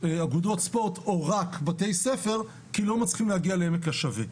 אגודות ספורט או רק בתי-ספר כי לא מצליחים להגיע לעמק השווה.